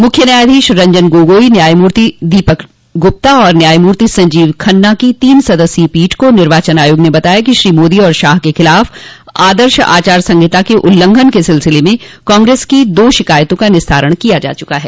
मुख्य न्यायाधीश रंजन गोगोई न्यायमूर्ति दीपक गुप्ता और न्यायमूर्ति संजीव खन्ना की तीन सदस्यीय पीठ को निर्वाचन आयोग ने बताया कि श्री मोदी और शाह के खिलाफ आचार संहिता के कथित उल्लंघन के सिलसिले में कांग्रेस की दो शिकायतों का निस्तारण किया जा चुका है